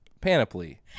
Panoply